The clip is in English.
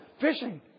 fishing